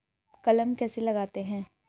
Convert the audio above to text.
कलम कैसे लगाते हैं?